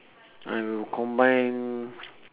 I will combine